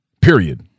period